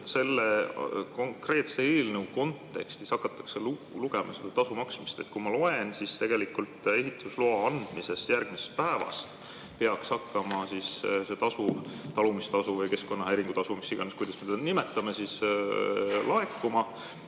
selle konkreetse eelnõu kontekstis hakatakse lugema seda tasu maksmist? Kui ma loen, siis tegelikult ehitusloa andmisest järgmisest päevast peaks hakkama laekuma see talumistasu või keskkonnahäiringu tasu, mis iganes, kuidas me teda nimetame, ja see